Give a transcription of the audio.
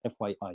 FYI